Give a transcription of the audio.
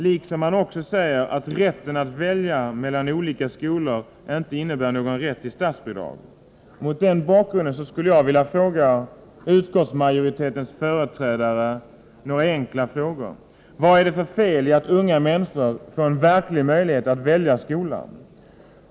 Man säger också att rätten att välja mellan olika skolor inte innebär någon rätt till statsbidrag. Mot den bakgrunden skulle jag vilja ställa några enkla frågor till utskottsmajoritetens företrädare. Vad är det för fel i att unga människor får en verklig möjlighet att välja skola?